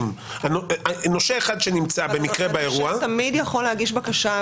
נושה תמיד יכול להגיש בקשה.